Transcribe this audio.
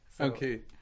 Okay